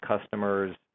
customers